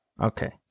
okay